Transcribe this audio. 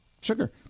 sugar